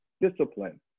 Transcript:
discipline